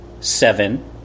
seven